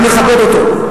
אני מכבד אותו.